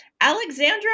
Alexandra